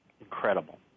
incredible